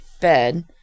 bed